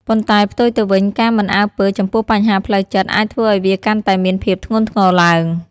ប៉ុន្តែ ផ្ទុយទៅវិញ ការមិនអើពើចំពោះបញ្ហាផ្លូវចិត្តអាចធ្វើឲ្យវាកាន់តែមានភាពធ្ងន់ធ្ងរឡើង។